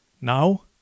now